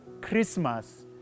Christmas